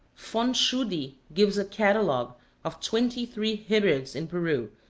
von tschudi gives a catalogue of twenty-three hybrids in peru,